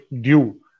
due